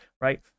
right